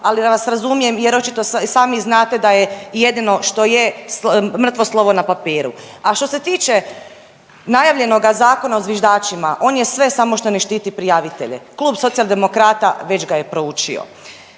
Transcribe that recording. ali vas razumijem jer očito i sami znate da je i jedino što je mrtvo slovo na papiru. A što se tiče najavljenoga Zakona o zviždačima, on je sve samo što ne štiti prijavitelje. Klub Socijaldemokrata već ga je proučio.